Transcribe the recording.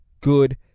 good